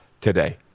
today